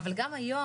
אבל גם היום,